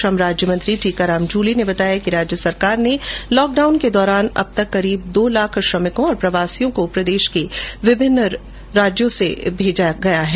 श्रम राज्य मंत्री टीकाराम जुली ने बताया कि राज्य सरकार ने लॉकडाउन के दौरान अब तक करीब दो लाख श्रमिकों और प्रवासियों को प्रदेश से विभिन्न राज्यों में भिजवाया गया है